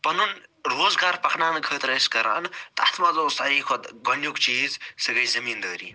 پَنُن روزگار پَکناونہٕ خٲطرٕ ٲسۍ کران تَتھ منٛز اوس ساروٕے کھۄتہٕ گۄڈٕنیٛک چیٖز سۄ گٔے زٔمیٖندٲری